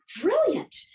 brilliant